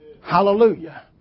Hallelujah